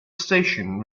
station